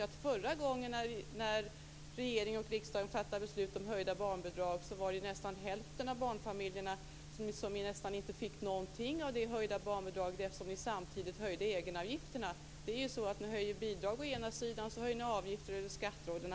När regering och riksdag förra gången fattade beslut om höjning av barnbidragen fick nästan hälften av barnfamiljerna knappast någon förbättring alls, eftersom man samtidigt höjde egenavgifterna. När ni å ena sidan höjer bidrag höjer ni å andra sidan avgifter och skatter.